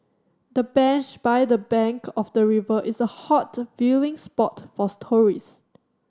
the bench by the bank of the river is a hot viewing spot for tourist